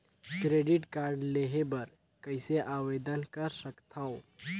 Credit card लेहे बर कइसे आवेदन कर सकथव?